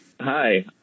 Hi